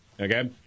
Okay